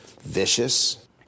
vicious